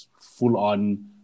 full-on